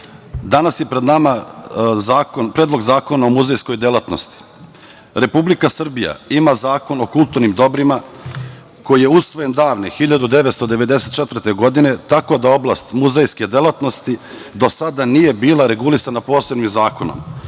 danas je pred nama Predlog zakona o muzejskoj delatnosti. Republika Srbija ima Zakon o kulturnim dobrima koji je usvojen davne 1994. godine, tako da oblast muzejske delatnosti do sada nije bila regulisana posebnim zakonom,